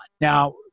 Now